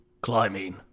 Climbing